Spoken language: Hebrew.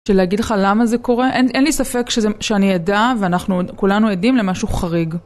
של להגיד לך למה זה קורה אין לי ספק שאני עדה ואנחנו כולנו עדים למשהו חריג